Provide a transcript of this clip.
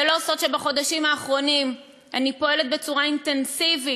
זה לא סוד שבחודשים האחרונים אני פועלת בצורה אינטנסיבית